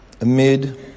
amid